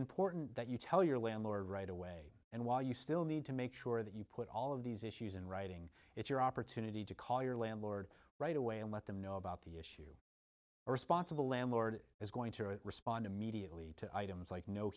important that you tell your landlord right away and while you still need to make sure that you put all of these issues in writing it's your opportunity to call your landlord right away and let them know about the issue a responsible landlord is going to respond immediately to items like no